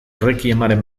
requiemaren